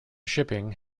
shipping